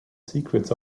secrets